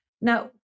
Now